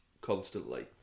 constantly